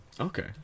Okay